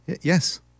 Yes